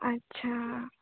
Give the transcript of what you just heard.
আচ্ছা